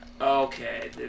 okay